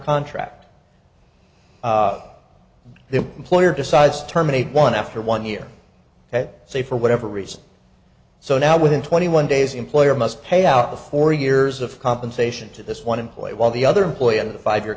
contract then employer decides terminate one after one year say for whatever reason so now within twenty one days employer must pay out the four years of compensation to this one employee while the other employee and the five year